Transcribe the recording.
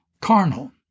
carnal